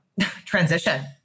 transition